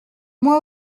moi